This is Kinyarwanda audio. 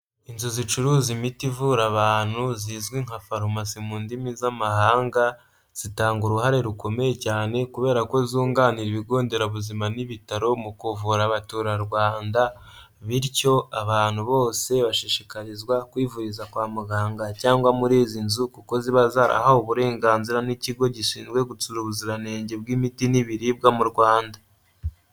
Inzu zicuruza imiti ivura abantu zizwi nka farumasi mu ndimi z'amahanga, zitanga uruhare rukomeye cyane kubera ko zunganira ibigo nderabuzima n'ibitaro mu kuvura abaturarwanda, bityo abantu bose bashishikarizwa kwivuriza kwa muganga cyangwa muri izi nzu kuko ziba zarahawe uburenganzira n'ikigo gishinzwe gutsura ubuziranenge bw'imiti n'ibiribwa mu Rwanda.